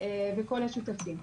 וכל השותפים.